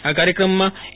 આ કાર્યક્રમમાં એ